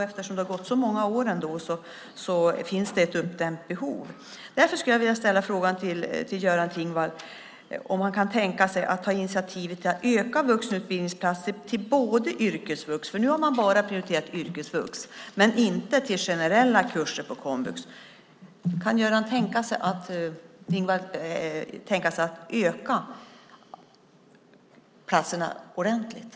Efter så många år finns det ett uppdämt behov. Jag skulle därför vilja fråga om Göran Thingwall kan tänka sig att ta initiativ till att öka antalet utbildningsplatser på både yrkesvux - här har man ju prioriterat bara yrkesvux - och generella kurser på komvux. Kan Göran Thingwall alltså tänka sig att ordentligt öka antalet platser?